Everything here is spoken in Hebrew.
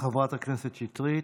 תודה רבה, חברת הכנסת שטרית.